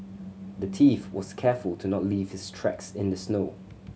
the thief was careful to not leave his tracks in the snow